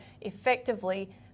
effectively